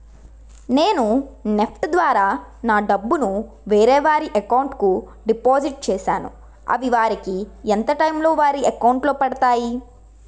నేను నెఫ్ట్ ద్వారా నా డబ్బు ను వేరే వారి అకౌంట్ కు డిపాజిట్ చేశాను అవి వారికి ఎంత టైం లొ వారి అకౌంట్ లొ పడతాయి?